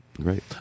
Great